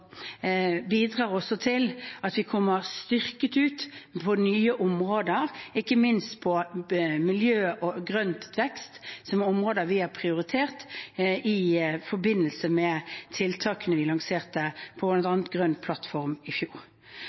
til at vi kommer styrket ut på nye områder – ikke minst på miljø og grønn vekst, som er områder vi har prioritert i forbindelse med tiltakene vi lanserte på bl.a. Grønn plattform i fjor.